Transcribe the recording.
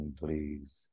please